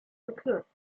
gekürzt